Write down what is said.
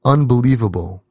Unbelievable